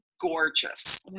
gorgeous